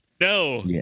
No